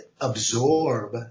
absorb